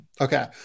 Okay